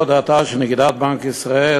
הודעתה של נגידת בנק ישראל,